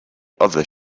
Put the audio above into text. other